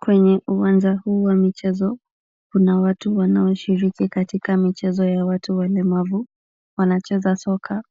Kwenye uwanja huu wa michezo, kuna watu wanaoshiriki katika michezo ya watu walemavu, wanacheza soka,